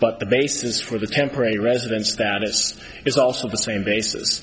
but the basis for the temporary residence that is is also the same basis